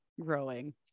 growing